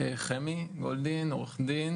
אני עורך דין,